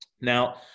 now